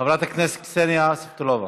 חברת הכנסת קסניה סבטלובה,